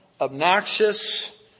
obnoxious